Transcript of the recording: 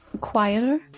quieter